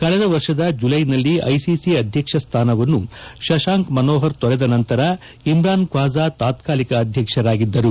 ಕಳೆದ ವರ್ಷದ ಜಲ್ಲೆನಲ್ಲಿ ಐಸಿಸಿ ಅಧ್ಯಕ್ಷ ಸ್ಥಾನವನ್ನು ಶಶಾಂಕ್ ಮನೋಹರ್ ತೊರೆದ ನಂತರ ಇಮ್ರಾನ್ ಖ್ನಾಜಾ ತಾತಾಲಿಕ ಅಧ್ಯಕ್ಷರಾಗಿದ್ದರು